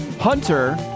Hunter